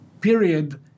period